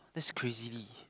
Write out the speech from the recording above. that's crazily